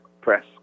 press